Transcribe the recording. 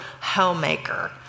homemaker